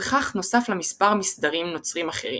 ובכך נוסף למספר מסדרים נוצרים אחרים,